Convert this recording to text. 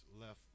left